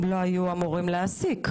הם לא היו אמורים להעסיק.